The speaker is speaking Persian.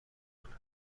کنن